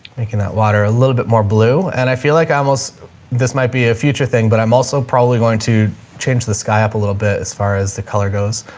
making that water a little bit more blue and i feel like almost this might be a future thing, but i'm also probably going to change the sky up a little bit as far as the color goes.